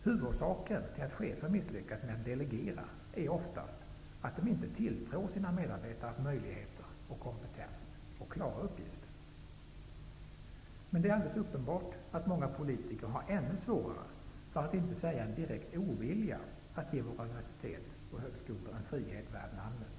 Huvudorsaken till att chefer misslyckas med att delegera är oftast att de inte tilltror sina medarbetares möjligheter och kompetens att klara uppgiften. Men det är alldeles uppenbart att många politiker har ännu svårare, för att inte säga en direkt ovilja inför, att ge våra universitet och högskolor en frihet värd namnet.